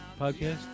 Podcast